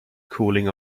cooling